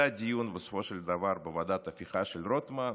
זה הדיון בסופו של דבר בוועדת ההפיכה של רוטמן,